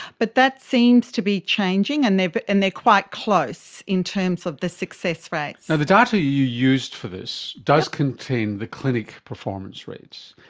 but that seems to be changing, and they but and are quite close in terms of the success rates. so the data you used for this does contain the clinic performance rates.